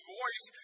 voice